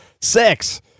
six